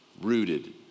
rooted